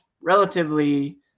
relatively